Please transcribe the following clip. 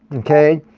okay?